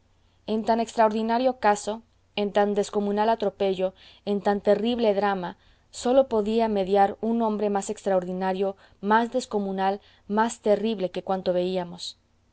en tan extraordinario caso en tan descomunal atropello en tan terrible drama sólo podía mediar un hombre más extraordinario más descomunal más terrible que cuanto veíamos